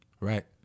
Right